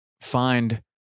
find